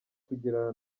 kugirana